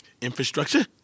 Infrastructure